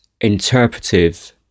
interpretive